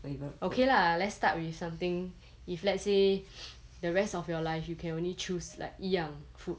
okay lah let's start with something if let's say the rest of your life you can only choose like 一样 food